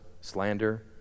slander